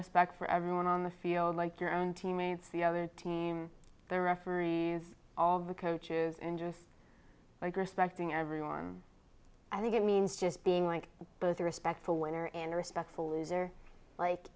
aspect for everyone on the field like your own teammates the other team the referees all the coaches in just regular spectator everyone i think it means just being like both respectful winner and respectful loser like